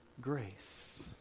grace